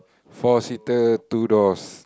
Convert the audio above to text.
four seater two doors